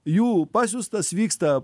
jų pasiųstas vyksta